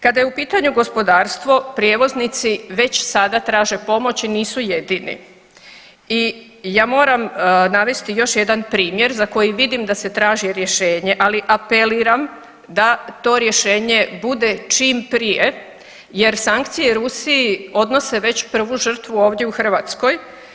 Kada je u pitanju gospodarstvo prijevoznici već sada traže pomoć i nisu jedini i ja moram navesti još jedan primjer za koji vidim da se traži rješenje, ali apeliram da to rješenje bude čim prije jer sankcije Rusiji odnose već prvu žrtvu ovdje u Hrvatskoj.